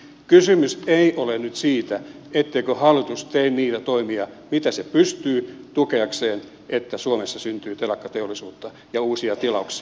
kysymys ei ole nyt siitä etteikö hallitus tee niitä toimia mitä se pystyy tukeakseen että suomessa syntyy telakkateollisuutta ja uusia tilauksia